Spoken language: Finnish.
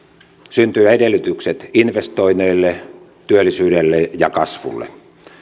syntyvät edellytykset investoinneille työllisyydelle ja kasvulle